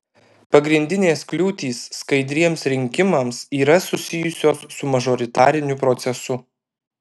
pagrindinės kliūtys skaidriems rinkimams yra susijusios su mažoritariniu procesu